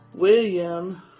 William